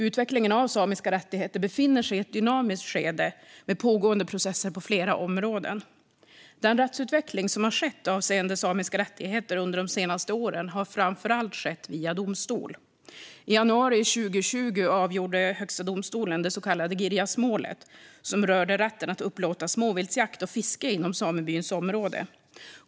Utvecklingen av samiska rättigheter befinner sig i ett dynamiskt skede med pågående processer på flera områden. Den rättsutveckling som skett avseende samiska rättigheter under senare år har framför allt skett via domstol. I januari 2020 avgjorde Högsta domstolen det så kallade Girjasmålet, som rörde rätten att upplåta småviltsjakt och fiske inom samebyns område.